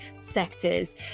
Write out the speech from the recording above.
sectors